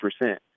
percent